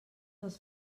dels